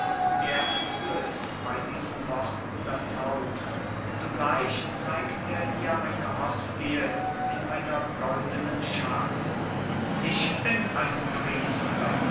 er entblößt bei diesen worten das haupt zugleich zeigt er ihr eine hostie in einer goldenen schale ich bin ein priester